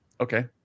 Okay